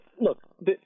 look